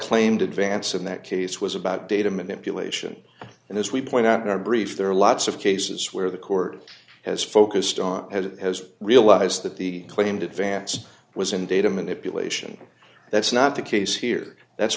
claimed advance in that case was about data manipulation and as we point out in our brief there are lots of cases where the court has focused has realized that the claimed advance was in data manipulation that's not the case here that's